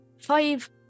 five